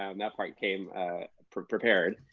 um that part came prepared.